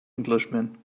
englishman